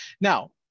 now